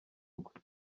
rwe